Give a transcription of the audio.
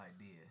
idea